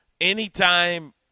Anytime